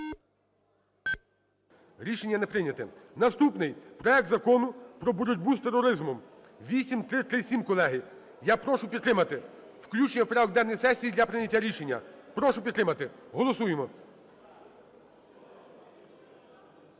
Рішення не прийнято. Наступний – проект Закону "Про боротьбу з тероризмом" (8337), колеги. Я прошу підтримати включення в порядок денний сесії для прийняття рішення. Прошу підтримати. Голосуємо.